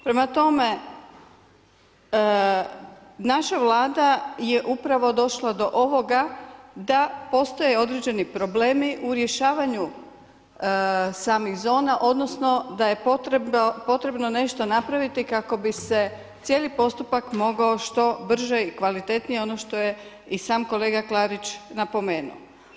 Prema tome naša Vlada je upravo došla do ovoga da postoje određeni problemi u rješavanju samih zona odnosno da je potrebno nešto napraviti kako bi se cijeli postupak mogao što brže i kvalitetnije, ono što je i sam kolega Klarić napomenuo.